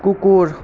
কুকুর